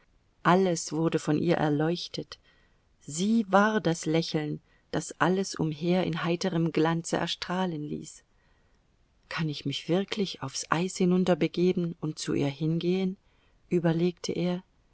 alles wurde von ihr erleuchtet sie war das lächeln das alles umher in heiterem glanze erstrahlen ließ kann ich mich wirklich aufs eis hinunter begeben und zu ihr hingehen überlegte er